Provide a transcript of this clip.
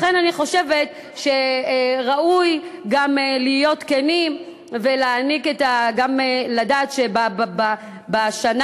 לכן אני חושבת שראוי גם להיות כנים וגם לדעת שבשנה,